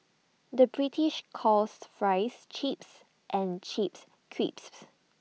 the British calls Fries Chips and crisps